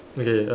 okay